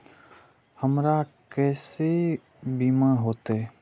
हमरा केसे बीमा होते?